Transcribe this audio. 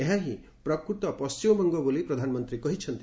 ଏହା ହିଁ ପ୍ରକୃତ ପଣ୍ଟିମବଙ୍ଗ ବୋଲି ପ୍ରଧାନମନ୍ତ୍ରୀ କହିଛନ୍ତି